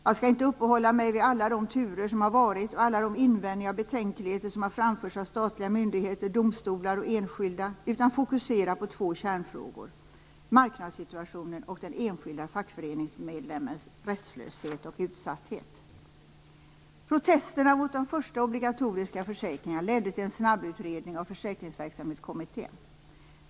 Jag skall inte uppehålla mig vid alla de turer som har varit och alla de invändningar och betänkligheter som har framförts av statliga myndigheter, domstolar och enskilda utan fokusera på två kärnfrågor, nämligen marknadssituationen och den enskilda fackföreningsmedlemmens rättslöshet och utsatthet. Protesterna mot de första obligatoriska försäkringarna ledde till en snabbutredning av Försäkringsverksamhetskommittén.